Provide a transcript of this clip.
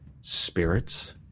spirits